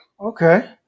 Okay